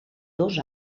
dos